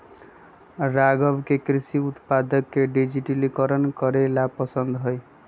राघव के कृषि उत्पादक के डिजिटलीकरण करे ला पसंद हई